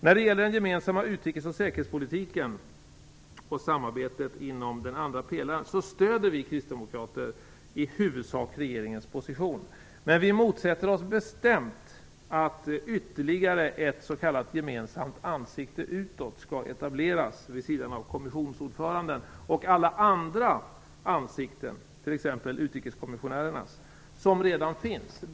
När det gäller den gemensamma utrikes och säkerhetspolitiken och samarbetet inom den andra pelaren stöder vi kristdemokrater i huvudsak regeringens position. Men vi motsätter oss bestämt att ytterligare ett s.k. gemensamt ansikte utåt skall etableras vid sidan av kommissionsordföranden och alla andra ansikten, t.ex. utrikeskommissionärernas ansikten som redan finns.